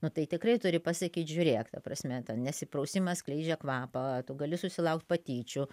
nu tai tikrai turi pasakyt žiūrėk ta prasme ten nesiprausimas skleidžia kvapą tu gali susilaukt patyčių